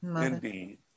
Indeed